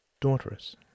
daughters